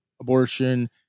abortion